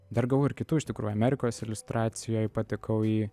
dar gavau ir kitų iš tikrųjų amerikos iliustracijoj patekau į